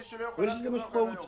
מי שלא יוכל אז לא יכול גם היום.